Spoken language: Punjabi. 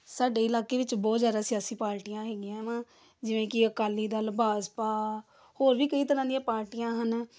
ਸਾਡੇ ਇਲਾਕੇ ਵਿੱਚ ਬਹੁਤ ਜ਼ਿਆਦਾ ਸਿਆਸੀ ਪਾਰਟੀਆਂ ਹੈਗੀਆਂ ਵਾ ਜਿਵੇਂ ਕਿ ਅਕਾਲੀ ਦਲ ਭਾਜਪਾ ਹੋਰ ਵੀ ਕਈ ਤਰ੍ਹਾਂ ਦੀਆਂ ਪਾਰਟੀਆਂ ਹਨ